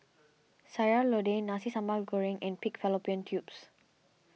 Sayur Lodeh Nasi Sambal Goreng and Pig Fallopian Tubes